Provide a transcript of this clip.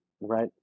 right